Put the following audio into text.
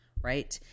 right